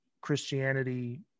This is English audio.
Christianity